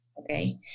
okay